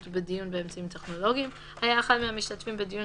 בדיון באמצעים טכנולוגיים 3. היה אחד מהמשתתפים בדיון